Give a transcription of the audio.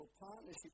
partnership